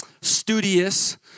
studious